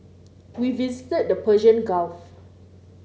we visited the Persian Gulf